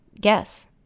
Guess